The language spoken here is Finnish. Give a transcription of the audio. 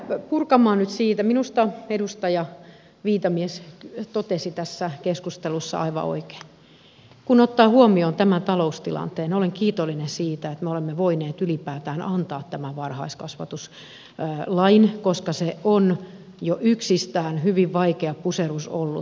lähdetäänpä purkamaan nyt siitä minusta edustaja viitamies totesi tässä keskustelussa aivan oikein että kun ottaa huomioon tämän taloustilanteen olen kiitollinen siitä että me olemme voineet ylipäätään antaa tämän varhaiskasvatuslain koska se on jo yksistään hyvin vaikea puserrus ollut